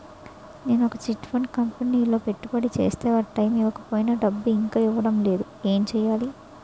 నేను ఒక chit fund కంపెనీలో పెట్టుబడి చేస్తే వారు టైమ్ ఇవ్వకపోయినా డబ్బు ఇంకా ఇవ్వడం లేదు ఏంటి చేయాలి?